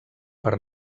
per